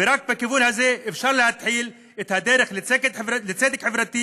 ורק בכיוון הזה אפשר להתחיל את הדרך לצדק חברתי